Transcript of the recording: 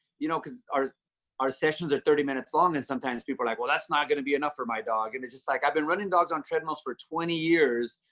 you know, because our our sessions are thirty minutes long and sometimes people are like, well, that's not going to be enough for my dog. and it's just like i've been running dogs on treadmills for twenty years.